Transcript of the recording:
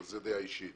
אבל זו דעה אישית